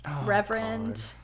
reverend